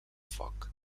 foc